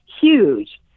huge